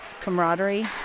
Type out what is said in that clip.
camaraderie